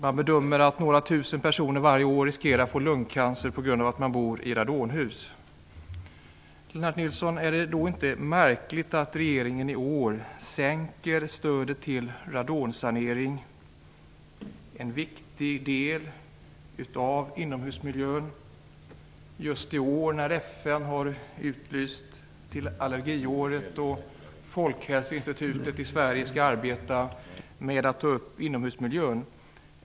Man bedömer att några tusen personer varje år riskerar att få lungcancer på grund av att de bor i radonhus. Är det då inte märkligt, Lennart Nilsson, att regeringen i år sänker stödet till radonsanering, en viktig del av inomhusmiljön - just det år när FN har utlyst allergiåret och Folkhälsoinstitutet i Sverige skall arbeta med inomhusmiljön?